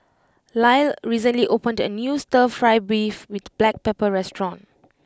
Lyle recently opened a new Stir Fry Beef with Black Pepper restaurant